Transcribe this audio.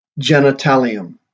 Genitalium